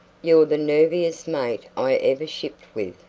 you're the nerviest mate i ever shipped with,